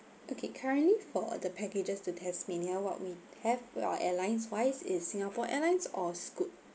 okay currently for the packages to tasmania what we have with our airline's wise is singapore airlines or scoot